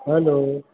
hello